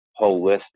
holistic